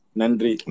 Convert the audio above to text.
nandri